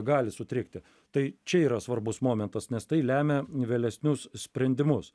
gali sutrikti tai čia yra svarbus momentas nes tai lemia vėlesnius sprendimus